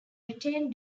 retain